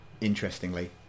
interestingly